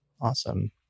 Awesome